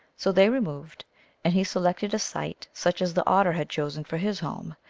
so they removed and he selected a site such as the otter had chosen for his home,